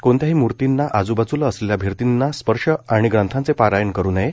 कोणत्याही मूर्तींना आज्बाज्ला असलेल्या भिंतीला स्पर्श आणि ग्रंथाचे पारायण करू नये